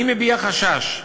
אני מביע חשש.